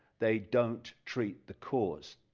they don't treat the cause,